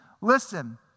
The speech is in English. listen